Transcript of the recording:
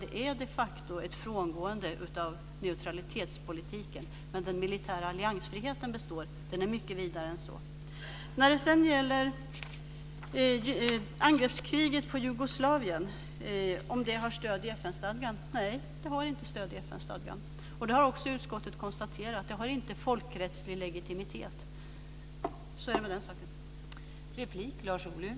Det är de facto ett frångående av neutralitetspolitiken men den militära alliansfriheten består; den är mycket vidare än så. När det sedan gäller frågan om angreppskriget mot Jugoslavien har stöd i FN-stadgan kan jag säga: Nej, det har inte stöd i FN-stadgan och det har också utskottet konstaterat. Det har inte folkrättslig legitimitet. Så är det med den saken.